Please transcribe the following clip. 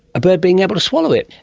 a bird being able to swallow it.